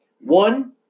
One